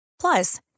Plus